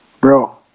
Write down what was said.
bro